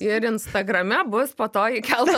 ir instagrame bus po to įkelta